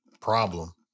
problem